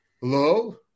Hello